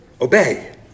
obey